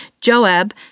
Joab